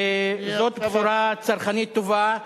זאת בשורה צרכנית טובה,